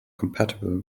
compatible